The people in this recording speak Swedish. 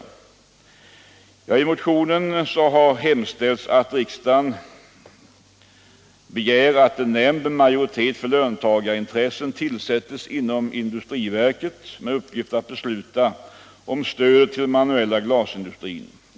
mesigt I motionen har hemställts att riksdagen begär att en nämnd med ma Åtgärder för den joritet för löntagarintressena tillsätts inom industriverket med uppgift manuella glasinduatt besluta om stöd till den manuella glasindustrin.